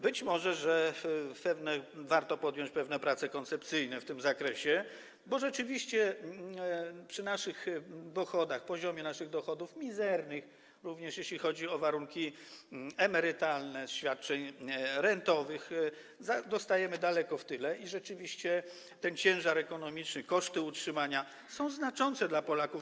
Być może warto podjąć pewne prace koncepcyjne w tym zakresie, bo rzeczywiście przy naszych dochodach, poziomie naszych dochodów, mizernych, również jeśli chodzi o warunki emerytalne, świadczeń rentowych, zostajemy daleko w tyle i rzeczywiście ten ciężar ekonomiczny, koszty utrzymania są znaczące dla Polaków.